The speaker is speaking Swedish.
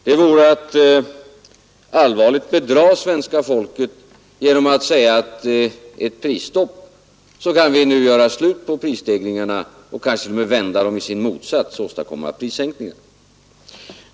Det vore att allvarligt bedra svenska folket, om vi sade att vi genom ett prisstopp nu kan göra slut på prisstegringarna och kanske vända dem i sin motsats, åstadkomma prissänkningar.